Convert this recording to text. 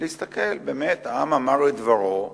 להסתכל באמת, העם אמר את דברו,